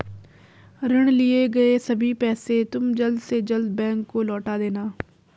ऋण लिए गए सभी पैसे तुम जल्द से जल्द बैंक को लौटा देना